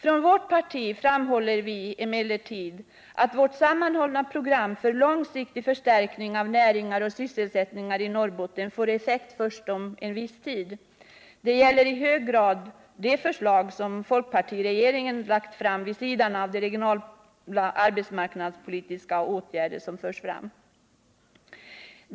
Från vårt parti framhåller vi att vårt sammanhållna program för långsiktig förstärkning av näringar och sysselsättningar i Norrbotten får effekt först efter viss tid. Det gäller i hög grad de förslag som folkpartiregeringen lagt fram vid sidan av de regionala arbetsmarknadspolitiska åtgärder som förs fram.